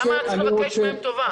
למה את צריכה לבקש מהם טובה?